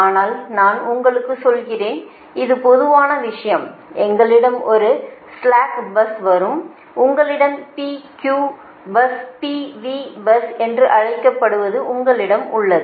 ஆனால் நான் உங்களுக்குச் சொல்கிறேன் இது பொதுவான விஷயம் எங்களிடம் ஒரு ஸ்லாக் பஸ் வரும் உங்களிடம் PQ பஸ்PV பஸ் என்று அழைக்கப்படுவது உங்களிடம் உள்ளது